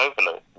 overload